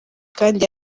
kandi